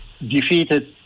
defeated